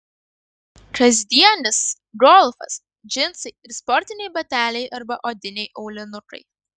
kasdienis golfas džinsai ir sportiniai bateliai arba odiniai aulinukai